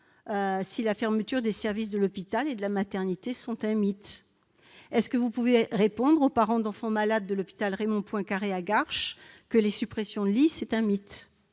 que la fermeture des services de l'hôpital et de la maternité est un mythe ? Pouvez-vous dire aux parents d'enfants malades de l'hôpital Raymond-Poincaré à Garches que les suppressions de lits sont un mythe ?